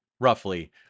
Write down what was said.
Roughly